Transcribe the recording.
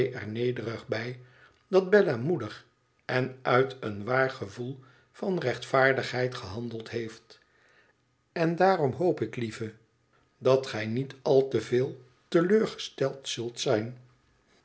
nederig bij t dat bella moedig en uit een waar gevoel van rechtvaardigheid gehandeld heeft en daarom hoop ik lieve dat gij niet al te veel te leur gesteld zult zijn